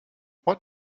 what